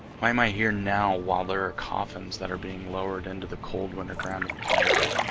why am i here now while there are coffins that are being lowered into the cold winter ground in connecticut?